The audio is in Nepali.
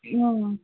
अँ